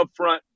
upfront